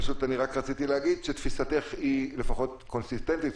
פשוט רק רציתי להגיד שתפיסתך היא לפחות קונסיסטנטית,